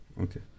okay